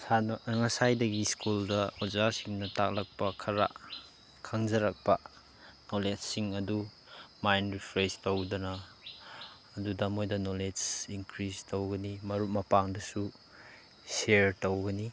ꯉꯁꯥꯏꯗꯒꯤ ꯁ꯭ꯀꯨꯜꯗ ꯑꯣꯖꯥꯁꯤꯡꯅ ꯇꯥꯛꯂꯛꯄ ꯈꯔ ꯈꯪꯖꯔꯛꯄ ꯅꯣꯂꯦꯖꯁꯤꯡ ꯑꯗꯨ ꯃꯥꯏꯟ ꯔꯤꯐ꯭ꯔꯦꯁ ꯇꯧꯗꯅ ꯑꯗꯨꯗ ꯃꯣꯏꯗ ꯅꯣꯂꯦꯖ ꯏꯟꯀ꯭ꯔꯤꯁ ꯇꯧꯒꯅꯤ ꯃꯔꯨꯞ ꯃꯄꯥꯡꯗꯁꯨ ꯁꯤꯌꯔ ꯇꯧꯒꯅꯤ